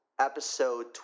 Episode